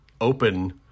open